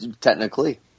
Technically